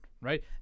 Right